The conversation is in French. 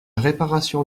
réparation